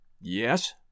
Yes